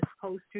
poster's